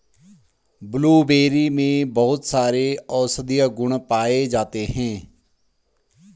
blueberry में बहुत सारे औषधीय गुण पाये जाते हैं